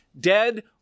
dead